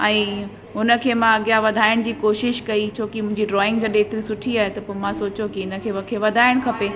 ऐं हुन खे मां अॻियां वधाइण जी कोशिश कई छो कि मुंहिंजी ड्रॉइंग जॾहिं हेतिरी सुठी आहे त पोइ मां सोचियो कि हिन खे मूंखे वधाइणु खपे